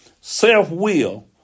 Self-will